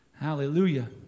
Hallelujah